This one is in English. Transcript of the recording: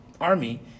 army